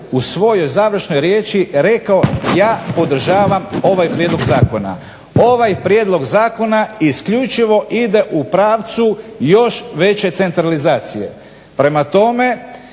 u svojoj završnoj riječi rekao ja podržavam ovaj prijedlog zakona. Ovaj prijedlog zakona isključivo ide u pravcu još veće centralizacije. Prema tome,